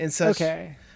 Okay